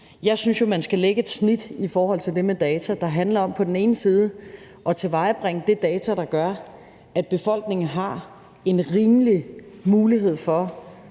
jo synes, at man skal lægge et snit i forhold til det med data, der handler om på den ene side at tilvejebringe de data, der gør, at befolkningen har en rimelig mulighed for